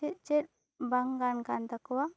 ᱪᱮᱫ ᱪᱮᱫ ᱵᱟᱝ ᱜᱟᱱ ᱟᱠᱟᱱ ᱛᱟᱠᱚᱭᱟ